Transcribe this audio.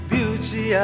Beauty